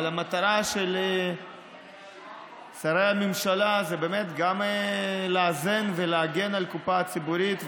אבל המטרה של שרי הממשלה זה באמת גם לאזן ולהגן על הקופה הציבורית.